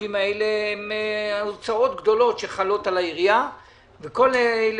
והשטחים האלה מהווים הוצאות גדולות שחלות על העירייה וכל השטחים